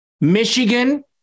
Michigan